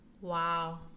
Wow